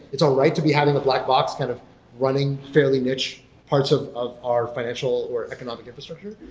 it's all right to be having a black box kind of running fairly niche parts of of our financial or economic infrastructure.